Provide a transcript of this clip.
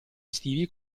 estivi